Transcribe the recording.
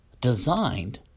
designed